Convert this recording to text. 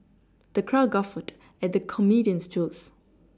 the crowd guffawed at the comedian's jokes